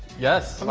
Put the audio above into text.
yes.